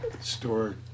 store